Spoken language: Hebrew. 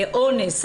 אונס,